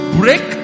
break